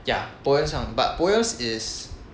ya poems 像 but poems is